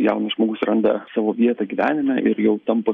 jaunas žmogus randa savo vietą gyvenime ir jau tampa